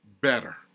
better